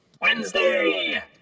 wednesday